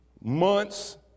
months